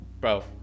Bro